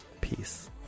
Peace